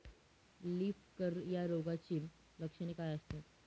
Leaf curl या रोगाची लक्षणे काय असतात?